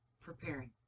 preparing